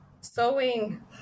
sewing